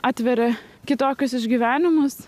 atveria kitokius išgyvenimus